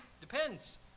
Depends